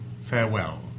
Farewell